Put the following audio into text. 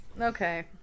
Okay